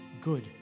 good